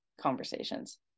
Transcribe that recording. conversations